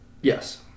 Yes